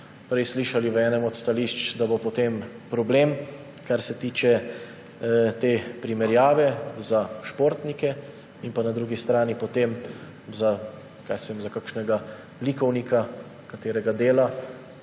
prej slišali v enem od stališč, da bo potem problem, kar se tiče te primerjave za športnike, in na drugi strani potem, kaj jaz vem, za kakšnega likovnika, čigar delo